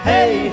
Hey